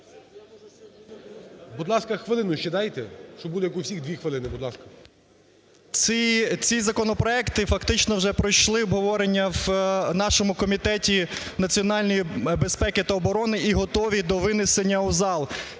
Будь ласка, хвилину ще дайте, щоб було, як у всіх, 2 хвилини. Будь ласка. КІРАЛЬ С.І. Ці законопроекти фактично вже пройшли обговорення в нашому Комітеті національної безпеки та оборони і готові до винесення у зал.